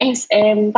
sm